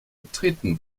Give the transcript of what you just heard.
betreten